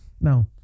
Now